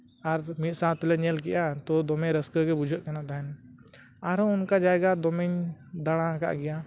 ᱟᱨ ᱢᱤᱫ ᱥᱟᱶ ᱛᱮᱞᱮ ᱧᱮᱞ ᱠᱮᱜᱼᱟ ᱛᱚ ᱫᱚᱢᱮ ᱨᱟᱹᱥᱠᱟᱹ ᱜᱮ ᱵᱩᱡᱷᱟᱹᱜ ᱠᱟᱱᱟ ᱛᱟᱦᱮᱸᱫ ᱟᱨᱚ ᱚᱱᱠᱟ ᱡᱟᱭᱜᱟ ᱫᱚᱢᱤᱧ ᱫᱟᱲᱟ ᱟᱠᱟᱫ ᱜᱮᱭᱟ